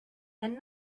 and